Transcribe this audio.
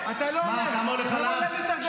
-- אוטו, מכונית, כדי לנסוע?